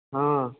हँ